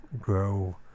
grow